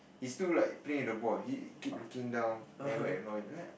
he still like playing with the ball he keep looking down never acknowledge